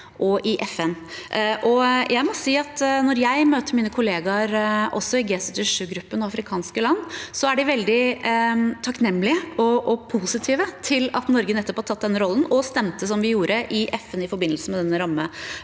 må si at når jeg møter mine kollegaer, også i G77gruppen og afrikanske land, er de veldig takknemlige og positive til at Norge har tatt den rollen, og at vi stemte som vi gjorde i FN i forbindelse med denne